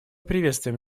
приветствуем